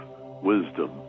wisdom